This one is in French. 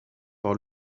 par